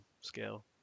scale